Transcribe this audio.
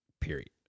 Period